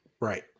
Right